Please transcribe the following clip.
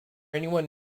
anyone